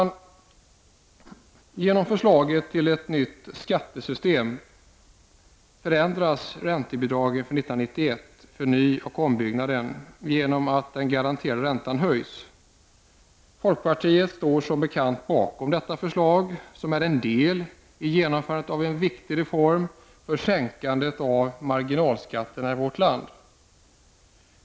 I och med förslaget till ett nytt skattesystem förändras räntebidragen 1991 för nyoch ombyggnad, genom att den garanterade räntan höjs. Folkpartiet står som bekant bakom detta förslag, som är en del i genomförandet av en viktig reform för sänkandet av marginalskatterna i vårt land.